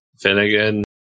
Finnegan